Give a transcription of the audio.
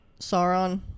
Sauron